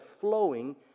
flowing